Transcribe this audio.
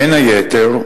בין היתר,